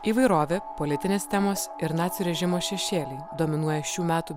įvairovė politinės temos ir nacių režimo šešėliai dominuoja šių metų